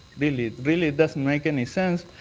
really really doesn't make any sense.